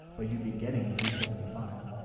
but you be getting three seventy five.